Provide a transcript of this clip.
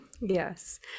Yes